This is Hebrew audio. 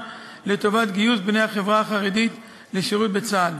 לטובת גיוס בני החברה החרדית לשירות בצה"ל.